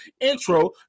Intro